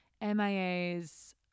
MIA's